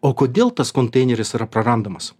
o kodėl tas konteineris yra prarandamas